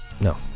No